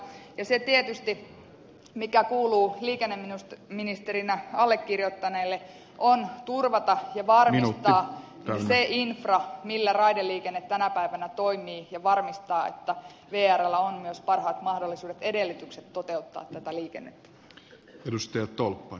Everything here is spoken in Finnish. ja mikä tietysti kuuluu liikenneministerinä allekirjoittaneelle on turvata ja varmistaa se infra millä raideliikenne tänä päivänä toimii ja varmistaa että vrllä on myös parhaat mahdolliset edellytykset toteuttaa tätä liikennettä